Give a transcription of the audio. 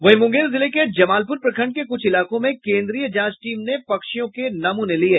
वहीं मुंगेर जिले के जमालपुर प्रखंड के कुछ इलाकों में केन्द्रीय जांच टीम ने पक्षियों के नमूने लिये